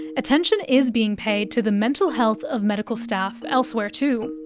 attention is being paid to the mental health of medical staff elsewhere too.